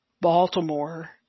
Baltimore